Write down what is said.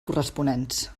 corresponents